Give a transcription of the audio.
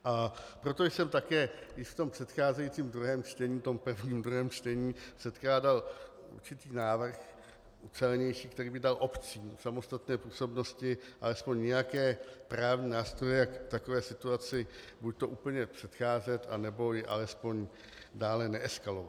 A proto jsem také i v tom předcházejícím druhém čtení, v tom prvním druhém čtení, předkládal určitý návrh ucelenější, který by dal obcím v samostatné působnosti alespoň nějaké právní nástroje, jak takové situaci buď úplně předcházet, nebo ji alespoň dále neeskalovat.